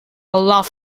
love